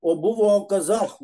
o buvo kazachų